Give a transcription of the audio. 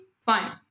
fine